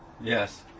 Yes